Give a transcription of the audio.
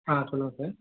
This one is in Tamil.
ஆ சொல்லுங்கள் சார்